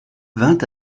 vint